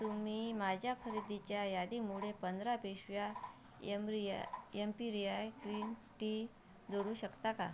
तुम्ही माझ्या खरेदीच्या यादीमुळे पंधरा पिशव्या एमरिया यम्पिरिया ग्रीन टी जोडू शकता का